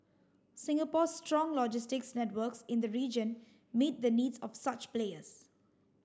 Singapore's strong logistics networks in the region meet the needs of such players